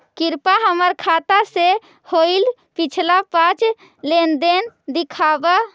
कृपा हमर खाता से होईल पिछला पाँच लेनदेन दिखाव